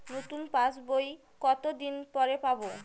নতুন পাশ বই কত দিন পরে পাবো?